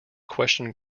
question